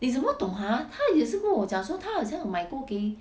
你怎么懂 ha 她也是跟我讲她好像买过给